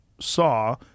saw